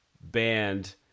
band